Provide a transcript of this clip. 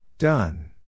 Done